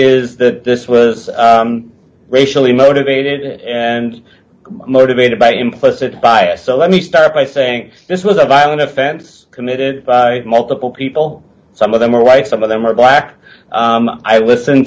is that this was racially motivated and motivated by implicit bias so let me start by saying this was a violent offense committed by multiple people d some of them were white some of them were black i listen